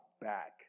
back